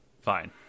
Fine